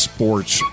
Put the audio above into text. Sports